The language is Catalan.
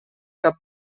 cap